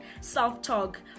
self-talk